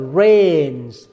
rains